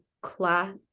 class